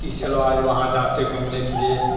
कि चलो आज वहाँ जाते घूमने के लिए